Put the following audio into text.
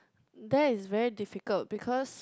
that is very difficult because